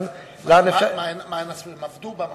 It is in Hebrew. מה הן עשו, עבדו במקום?